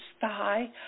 thigh